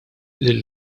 lil